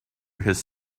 his